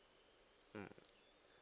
mm